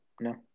No